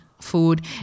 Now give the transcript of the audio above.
food